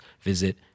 visit